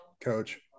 coach